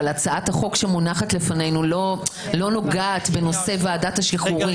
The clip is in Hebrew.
אבל הצעת החוק שמונחת לפנינו לא נוגעת בנושא ועדת השחרורים.